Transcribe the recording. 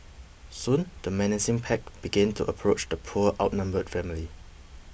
soon the menacing pack began to approach the poor outnumbered family